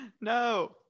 No